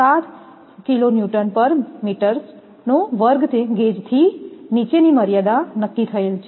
7 gauge થી નીચેની મર્યાદા નક્કી થયેલ છે